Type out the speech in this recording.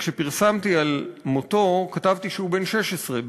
כשפרסמתי את דבר מותו כתבתי שהוא בן 16,